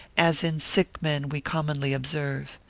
as in sick men we commonly observe.